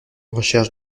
recherche